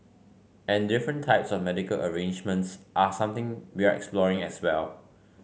and different types of medical arrangements are something we're exploring as well